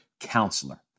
counselor